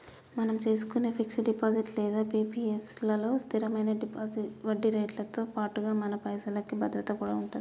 మనం చేసుకునే fix deposit లేదా పి.పి.ఎస్ లలో స్థిరమైన వడ్డీరేట్లతో పాటుగా మన పైసలకి భద్రత కూడా ఉంటది